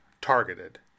targeted